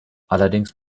allerdings